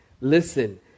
Listen